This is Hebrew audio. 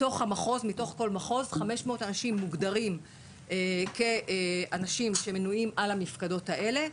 מתוך כל מחוז 500 אנשים מוגדרים כאנשים שמנויים על המפקדות האלה.